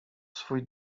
swój